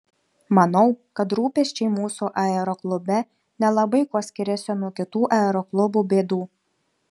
manau kad rūpesčiai mūsų aeroklube nelabai kuo skiriasi nuo kitų aeroklubų bėdų